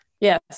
Yes